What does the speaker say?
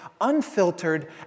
unfiltered